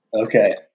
okay